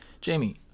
Jamie